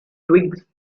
twigs